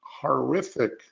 horrific